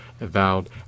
avowed